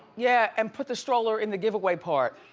yeah, and put the stroller in the give-away part.